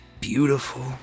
beautiful